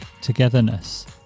togetherness